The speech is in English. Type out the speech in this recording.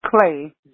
Clay